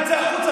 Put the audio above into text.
תצא החוצה,